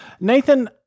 Nathan